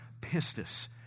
pistis